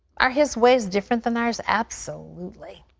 are his ways different than ours? absolutely.